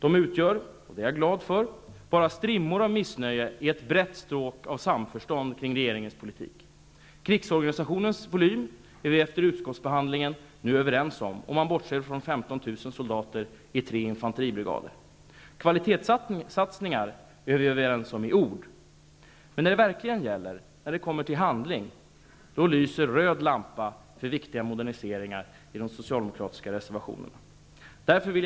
Den utgör -- det är jag glad för -- bara strimmor av missnöje i ett brett stråk av samförstånd kring regeringens politik. Krigsorganisationens volym är vi efter utskottsbehandlingen nu överens om, bortsett från Kvalitetssatsningar är vi överens om i ord men när det verkligen gäller, när det kommer till handling, så lyser röd lampa för viktiga moderniseringar i de socialdemokratiska reservationerna.